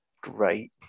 great